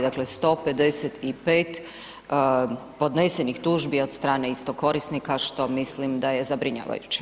Dakle, 155 podnesenih tužbi od strane istog korisnika što mislim da je zabrinjavajuće.